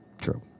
true